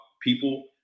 people